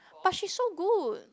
but she's so good